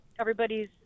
everybody's